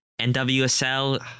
NWSL